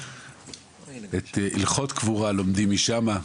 את הלכות קבורה לומדים משם.